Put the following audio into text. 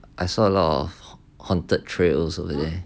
I saw a lot of haunted trail also